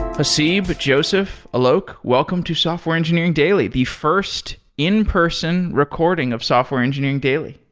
haseeb, joseph, alok, welcome to software engineering daily. the first in person recording of software engineering daily.